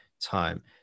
time